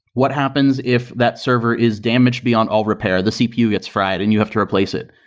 what happens if that server is damaged beyond all repair? the cpu gets fried and you have to replace it?